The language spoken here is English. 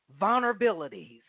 vulnerabilities